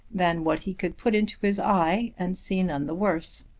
than what he could put into his eye and see none the worse.